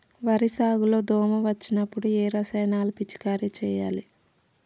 వరి సాగు లో దోమ వచ్చినప్పుడు ఏ రసాయనాలు పిచికారీ చేయాలి?